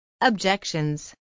Objections